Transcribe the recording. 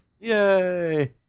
Yay